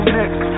next